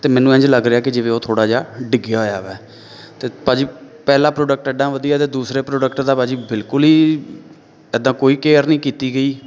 ਅਤੇ ਮੈਨੂੰ ਇੰਝ ਲੱਗ ਰਿਹਾ ਕੇ ਜਿਵੇਂ ਉਹ ਥੋੜ੍ਹਾ ਜਿਹਾ ਡਿੱਗਿਆ ਹੋਇਆ ਵਾ ਅਤੇ ਭਾਅ ਜੀ ਪਹਿਲਾ ਪ੍ਰੋਡਕਟ ਐਡਾ ਵਧੀਆ ਅਤੇ ਦੂਸਰੇ ਪ੍ਰੋਡਕਟ ਦਾ ਭਾਅ ਜੀ ਬਿਲਕੁਲ ਹੀ ਇੱਦਾਂ ਕੋਈ ਕੇਅਰ ਨਹੀਂ ਕੀਤੀ ਗਈ